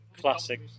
classic